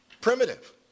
primitive